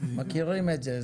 מכירים את זה,